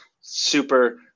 super